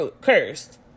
cursed